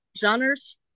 genres